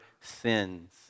sins